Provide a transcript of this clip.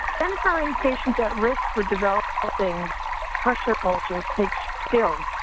identifying patients at risk for developing pressure ulcers takes skill.